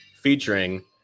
featuring